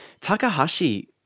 Takahashi